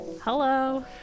hello